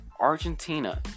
Argentina